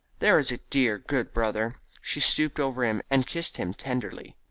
there is a dear good brother. she stooped over him and kissed him tenderly.